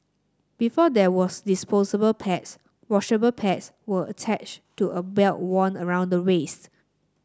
before there was disposable pads washable pads were attached to a belt worn around the waist